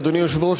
אדוני היושב-ראש,